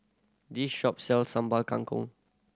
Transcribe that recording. this shop sells Sambal Kangkong